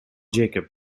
jacob